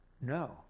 No